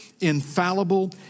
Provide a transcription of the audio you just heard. infallible